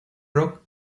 rock